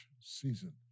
season